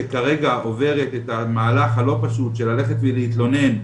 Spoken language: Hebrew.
שכרגע עוברת את המהלך הלא פשוט של ללכת ולהתלונן,